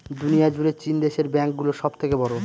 দুনিয়া জুড়ে চীন দেশের ব্যাঙ্ক গুলো সব থেকে বড়ো